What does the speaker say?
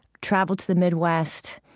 traveled to the midwest,